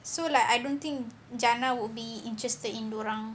so like I don't think jannah will be interested in dia orang